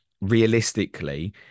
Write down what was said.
Realistically